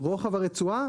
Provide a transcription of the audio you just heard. רוחב הרצועה?